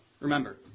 Remember